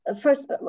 first